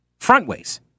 Frontways